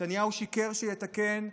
נתניהו שיקר שיתקן,